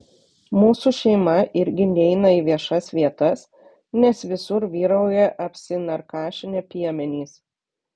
mūsų šeima irgi neina į viešas vietas nes visur vyrauja apsinarkašinę piemenys